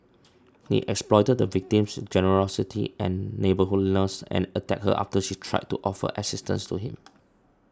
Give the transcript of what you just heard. he exploited the victim's generosity and neighbourliness and attacked her after she tried to offer assistance to him